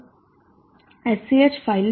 sch file છે